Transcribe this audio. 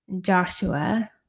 Joshua